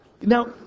Now